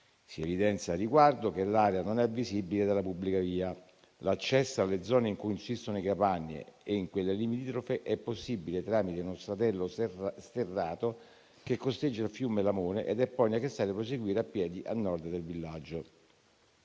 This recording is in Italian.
Si evidenzia al riguardo che l'area non è visibile dalla pubblica via. L'accesso alle zone in cui insistono i capanni e in quelle limitrofe è possibile tramite uno stradello sterrato che costeggia il fiume Lamone ed è poi necessario proseguire a piedi a nord del villaggio.